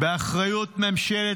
באחריות ממשלת